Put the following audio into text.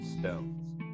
stones